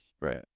right